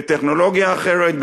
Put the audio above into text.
בטכנולוגיה אחרת,